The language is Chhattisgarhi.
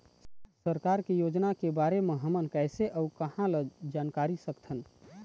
सरकार के योजना के बारे म हमन कैसे अऊ कहां ल जानकारी सकथन?